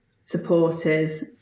supporters